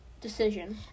decision